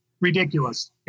Ridiculous